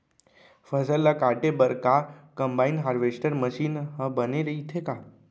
फसल ल काटे बर का कंबाइन हारवेस्टर मशीन ह बने रइथे का?